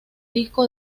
disco